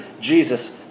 Jesus